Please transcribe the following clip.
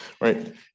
right